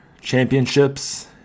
championships